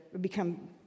become